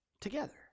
Together